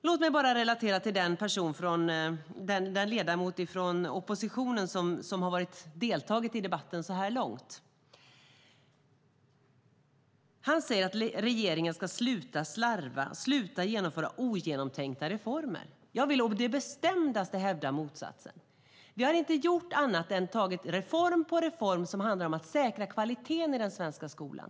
Låt mig relatera till den ledamot från oppositionen som har deltagit i debatten så här långt. Han säger att regeringen ska sluta slarva och sluta genomföra ogenomtänkta reformer. Jag vill å det bestämdaste hävda motsatsen. Vi har inte gjort annat än tagit reform på reform som handlar om att säkra kvaliteten i den svenska skolan.